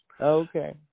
Okay